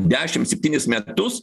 dešim septynis metus